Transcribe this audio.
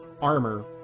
armor